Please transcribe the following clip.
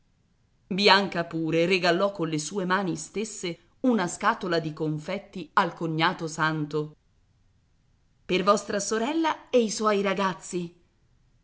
bianca pure regalò con le sue mani stesse una scatola di confetti al cognato santo per vostra sorella e i suoi ragazzi